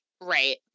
right